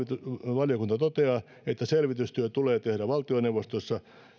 valiokunta toteaa että selvitystyö tulee tehdä valtioneuvostossa